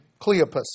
Cleopas